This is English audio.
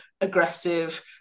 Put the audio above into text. aggressive